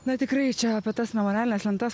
na tikrai čia apie tas memorialines lentas